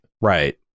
Right